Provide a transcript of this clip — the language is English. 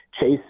Chase